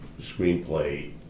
screenplay